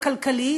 הכלכליים,